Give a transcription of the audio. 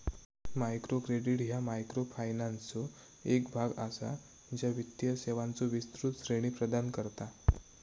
micro credit ह्या मायक्रोफायनान्सचो एक भाग असा, ज्या वित्तीय सेवांचो विस्तृत श्रेणी प्रदान करता